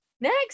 next